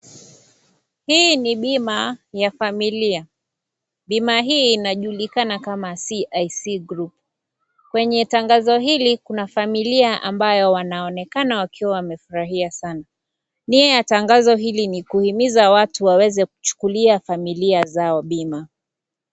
Hii ni bima ya familia , bima hii inajulikana kama CIC group. Kwenye tangazo hili kuna familia ambayo wanaonekana wakiwa wamefurahia sana, nia ya tangazo hili ni kuhimiza watu waweze kuchukulia familia zao bima.